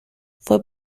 fue